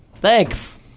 Thanks